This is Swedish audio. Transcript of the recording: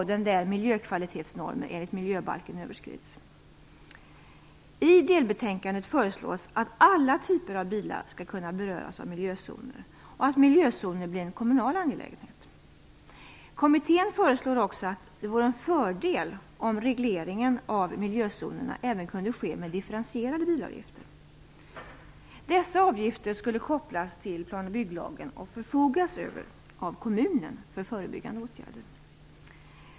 delbetänkandet föreslås att alla typer av bilar skall kunna beröras av miljözoner och att miljözoner blir en kommunal angelägenhet. Kommittén föreslår också att det vore en fördel om regleringen av miljözonerna även kunde ske med differentierade bilavgifter. Dessa avgifter skulle kopplas till plan och bygglagen och förfogas över av kommunen för förebyggande åtgärder.